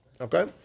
Okay